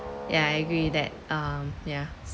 ya I agree that um yeah